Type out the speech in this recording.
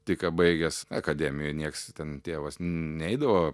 tik ką baigęs akademiją nieks ten tėvas neidavo